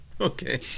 Okay